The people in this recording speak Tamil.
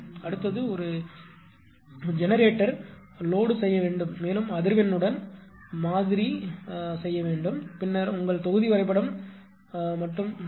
அடுத்து ஒரு ஜெனரேட்டர் லோடு செய்ய வேண்டும் மேலும் அதிர்வெண்ணுடன் மாதிரி இருக்க வேண்டும் பின்னர் உங்கள் தொகுதி வரைபடம் மட்டுமே இருக்கும்